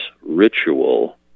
Ritual